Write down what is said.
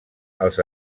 als